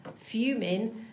fuming